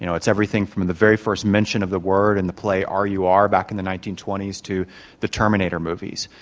you know it's everything from the very first mention of the word in the play r. u. r. back in the nineteen twenty s to the terminator movies.